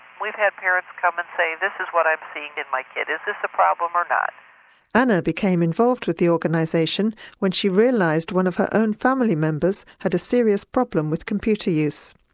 we've had parents come and say, this is what i'm seeing in my kid. is this a problem or not? anna became involved with the organisation when she realised one of her own family members had a serious problem with computer use.